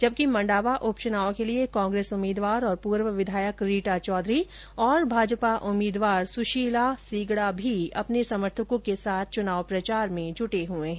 जबकि मंडावा उपचुनाव के लिए कांग्रेस उम्मीदवार और पूर्व विधायक रीटा चौधरी और भाजपा उम्मीदवार सुशीला सीगड़ा भी अपने समर्थकों के साथ चुनाव प्रचार में जुटे हुए है